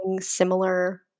similar